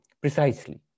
precisely